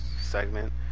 segment